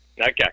Okay